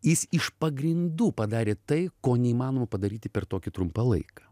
jis iš pagrindų padarė tai ko neįmanoma padaryti per tokį trumpą laiką